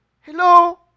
Hello